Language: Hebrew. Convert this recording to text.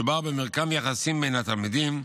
מדובר במרקם יחסים בין התלמידים,